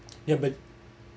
ya